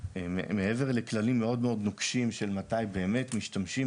מעבר לכללים מאוד נוקשים של מתי באמת משתמשים